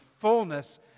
fullness